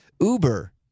Uber